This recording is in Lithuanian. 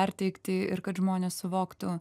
perteikti ir kad žmonės suvoktų